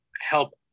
help